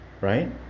right